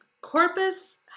corpus